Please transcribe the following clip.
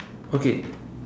okay